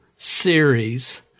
series